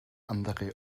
andere